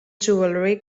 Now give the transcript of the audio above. jewelry